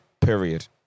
Period